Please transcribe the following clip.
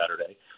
Saturday